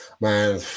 man